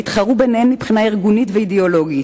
הן התחרו ביניהן מבחינה ארגונית ואידיאולוגית,